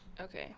Okay